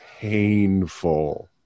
painful